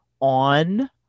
on